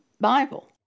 Bible